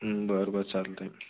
बरं बरं चालतं आहे